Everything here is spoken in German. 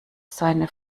seine